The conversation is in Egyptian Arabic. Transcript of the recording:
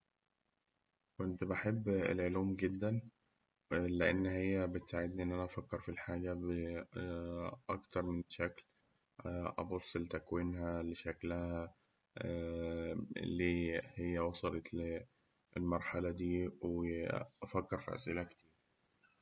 كنت بحب العلوم جداً لأن هي بتساعدني إن أنا أفكر في الحاجة بأكتر من شكل، وأبص لتكوينها لشكلها ليه هي وصلت للمرحلة دي أفكر في أسئلة كتير.